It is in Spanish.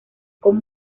con